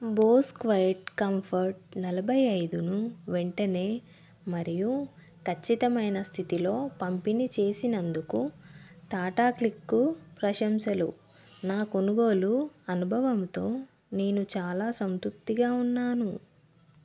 Bose quiet comfort నలభై ఐదును వెంటనే మరియు ఖచ్చితమైన స్థితిలో పంపిణీ చేసినందుకు టాటా క్లిక్కు ప్రశంసలు నా కొనుగోలు అనుభవంతో నేను చాలా సంతృప్తిగా ఉన్నాను